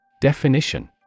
Definition